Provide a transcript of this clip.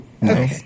No